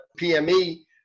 pme